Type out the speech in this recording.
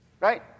Right